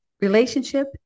Relationship